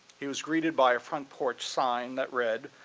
he was greeted by a front porch sign that read,